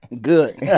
Good